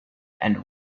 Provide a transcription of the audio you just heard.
and